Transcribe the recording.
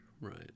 right